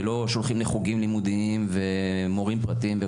ולא שולחים לחוגים לימודיים ומורים פרטיים.